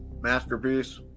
Masterpiece